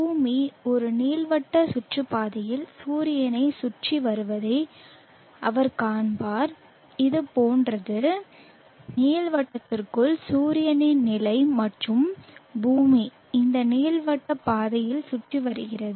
பூமி ஒரு நீள்வட்ட சுற்றுப்பாதையில் சூரியனைச் சுற்றி வருவதை அவர் காண்பார் இது போன்றது நீள்வட்டத்திற்குள் சூரியனின் நிலை மற்றும் பூமி இந்த நீள்வட்ட பாதையில் சுற்றி வருகிறது